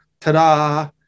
Ta-da